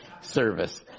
service